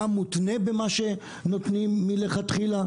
מה מותנה במה שנותנים לכתחילה,